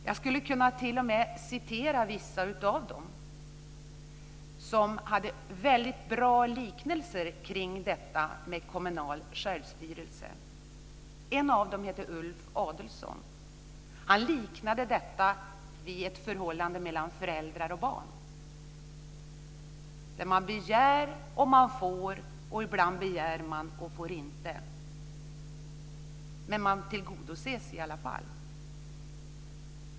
Jag skulle t.o.m. kunna citera vissa av dem som hade väldigt bra liknelser kring detta med kommunal självstyrelse. En av dem heter Ulf Adelsohn. Han liknade detta vid ett förhållande mellan föräldrar och barn, där man begär och får och ibland begär och får inte. Men man tillgodoses i alla fall.